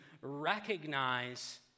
recognize